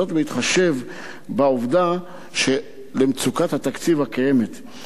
בהתחשב במצוקת התקציב הקיימת.